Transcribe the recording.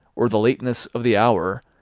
or the lateness of the hour,